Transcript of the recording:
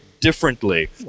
differently